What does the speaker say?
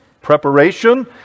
preparation